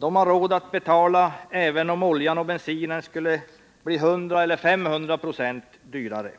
De har råd att betala, även om oljan och bensinen blir 100 eller 500 96 dyrare.